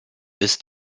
ist